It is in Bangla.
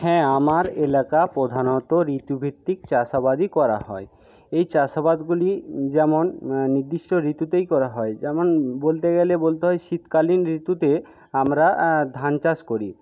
হ্যাঁ আমার এলাকা প্রধানত ঋতুভিত্তিক চাষাবাদই করা হয় এই চাষাবাদগুলি যেমন নির্দিষ্ট ঋতুতেই করা হয় যেমন বলতে গেলে বলতে হয় শীতকালীন ঋতুতে আমরা ধান চাষ করি